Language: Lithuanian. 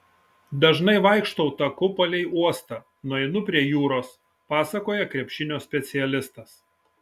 dažnai vaikštau taku palei uostą nueinu prie jūros pasakoja krepšinio specialistas